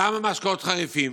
למה משקאות חריפים?